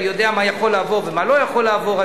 אני יודע מה יכול לעבור ומה לא יכול לעבור,